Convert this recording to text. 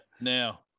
Now